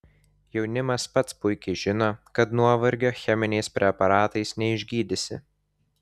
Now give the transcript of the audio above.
jaunimas pats puikiai žino kad nuovargio cheminiais preparatais neišgydysi